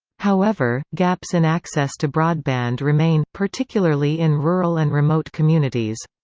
however, gaps in access to broadband remain, particularly in rural and remote communities.